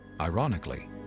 Ironically